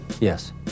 Yes